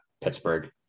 Pittsburgh